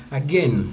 again